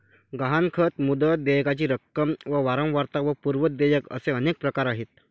गहाणखत, मुदत, देयकाची रक्कम व वारंवारता व पूर्व देयक असे अनेक प्रकार आहेत